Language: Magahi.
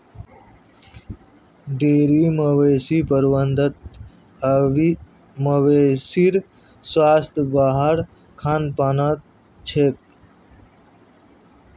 डेरी मवेशी प्रबंधत मवेशीर स्वास्थ वहार खान पानत छेक